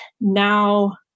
now